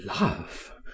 love